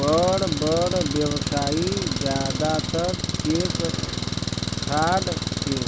बड़ बड़ व्यवसायी जादातर चेक फ्रॉड के